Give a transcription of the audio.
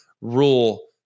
rule